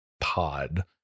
pod